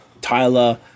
Tyler